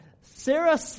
Sarah